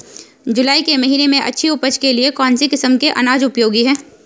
जुलाई के महीने में अच्छी उपज के लिए कौन सी किस्म के अनाज उपयोगी हैं?